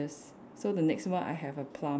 so the next one I have a plum